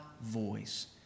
voice